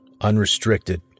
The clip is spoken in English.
Unrestricted